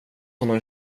honom